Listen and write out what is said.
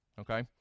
okay